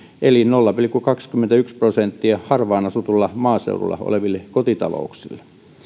eli nolla pilkku kaksikymmentäyksi prosenttia harvaan asutulla maaseudulla oleville kotitalouksille